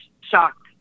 shocked